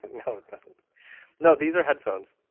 no, it doesn't no, these are headphones.